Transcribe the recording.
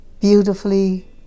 beautifully